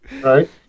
Right